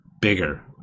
bigger